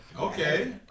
Okay